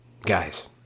Guys